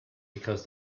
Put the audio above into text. because